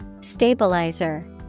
Stabilizer